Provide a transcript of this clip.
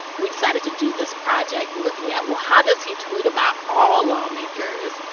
we decided to do this project, looking at, well, how does he tweet about all lawmakers?